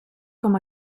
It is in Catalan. com